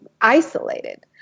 isolated